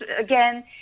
again